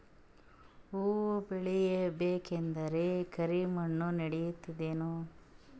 ಹುವ ಬೇಳಿ ಬೇಕಂದ್ರ ಕರಿಮಣ್ ನಡಿತದೇನು?